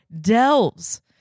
delves